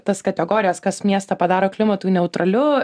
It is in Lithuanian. tas kategorijas kas miestą padaro klimatui neutraliu